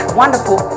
wonderful